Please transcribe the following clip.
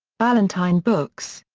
ballantine books.